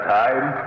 time